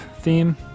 theme